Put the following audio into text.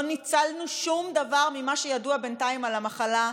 ניצלנו שום דבר ממה שידוע בינתיים על המחלה?